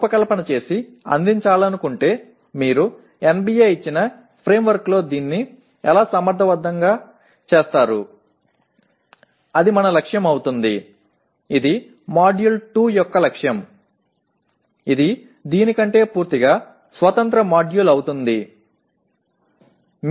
எனவே நீங்கள் ஒரு பாடத்திட்டத்தை வடிவமைத்து வழங்க விரும்பினால் அதை NBA வழங்கிய கட்டமைப்பிற்குள் எவ்வாறு திறம்படச் செய்கிறீர்கள் என்பதே எங்கள் குறிக்கோளாக இருக்கும் இது தொகுதி 2 இன் நோக்கம் அது இதைவிட முற்றிலும் தனிப்பட்ட தொகுதியாக இருக்கும்